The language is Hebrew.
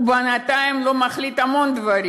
הוא בינתיים לא מחליט המון דברים.